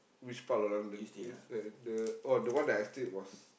which part of London uh uh the oh the one that I stayed was